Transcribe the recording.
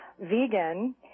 vegan